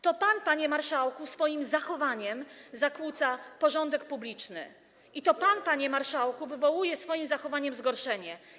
To pan, panie marszałku, swoim zachowaniem zakłóca porządek publiczny i to pan, panie marszałku, wywołuje swoim zachowaniem zgorszenie.